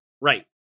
Right